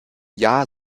jahr